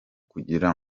kugira